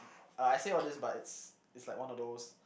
uh I say all these but it's it's like one of those